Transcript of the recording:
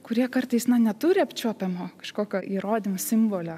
kurie kartais na neturi apčiuopiamo kažkokio įrodymo simbolio